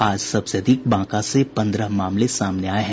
आज सबसे अधिक बांका से पन्द्रह मामले सामने आये हैं